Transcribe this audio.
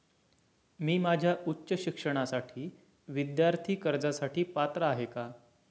मी माझ्या उच्च शिक्षणासाठी विद्यार्थी कर्जासाठी पात्र आहे का?